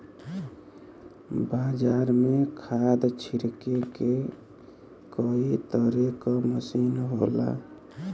बाजार में खाद छिरके के कई तरे क मसीन होला